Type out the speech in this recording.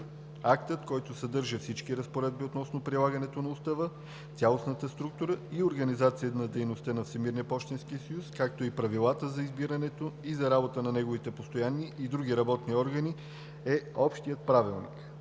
Актът, който съдържа всички разпоредби относно прилагането на Устава, цялостната структура и организация на дейността на Всемирния пощенски съюз, както и правилата за избирането и за работата на неговите постоянни и други работни органи, е Общият правилник.